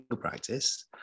practice